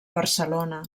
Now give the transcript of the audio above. barcelona